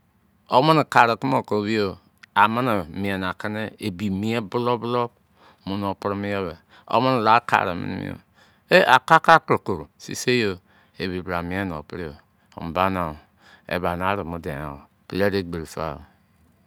Womini kari kima ki owiyeo. Amini mien akini ebi mien bulo-bụlọu munọ primo ye bẹ, womini la karị mimi yo. Eh! Akrakra krokro! Sisei yo. Ebi bra mien nọ prị yo! Mbana o. Eba narị mọ deingha o. Pẹlẹ dẹ agberi fa o!